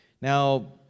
Now